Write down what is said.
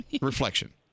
reflection